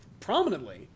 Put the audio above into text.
Prominently